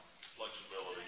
Flexibility